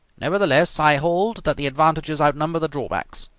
nevertheless, i hold that the advantages outnumber the drawbacks.